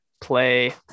play